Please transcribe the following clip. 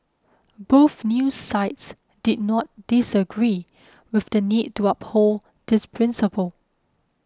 both news sites did not disagree with the need to uphold this principle